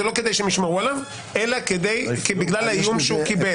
לא כדי שהם ישמרו עליו אלא בגלל האיום שהוא קיבל.